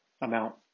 amount